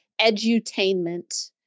edutainment